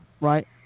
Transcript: right